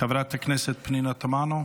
חברת הכנסת פנינה תמנו,